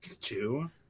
Two